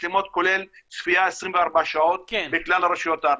מצלמות כולל צפייה 24 שעות בכלל הרשויות.